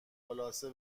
خلاصه